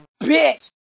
Bitch